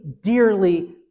dearly